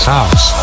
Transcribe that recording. House